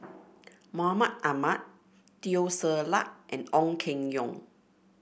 Mahmud Ahmad Teo Ser Luck and Ong Keng Yong